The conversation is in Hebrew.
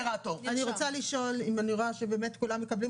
מה פתאום 28 מיליון שקל?